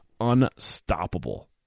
unstoppable